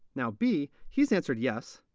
now b, he's answered yes.